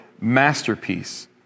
masterpiece